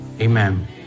Amen